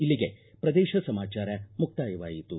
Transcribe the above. ಇಲ್ಲಿಗೆ ಪ್ರದೇಶ ಸಮಾಚಾರ ಮುಕ್ತಾಯವಾಯಿತು